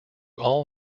all